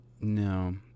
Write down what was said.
No